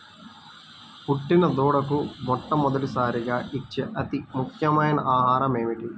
పుట్టిన దూడకు మొట్టమొదటిసారిగా ఇచ్చే అతి ముఖ్యమైన ఆహారము ఏంటి?